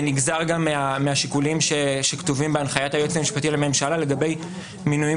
זה נגזר גם מהשיקולים שכתובים בהנחיית היועץ המשפטי לממשלה לגבי מינויים